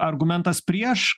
argumentas prieš